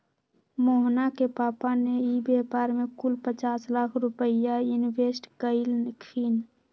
मोहना के पापा ने ई व्यापार में कुल पचास लाख रुपईया इन्वेस्ट कइल खिन